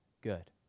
good